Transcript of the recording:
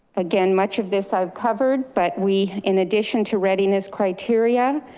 again, much of this i've covered, but we, in addition to readiness criteria,